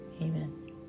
Amen